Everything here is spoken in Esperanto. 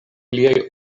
liaj